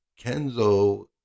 Kenzo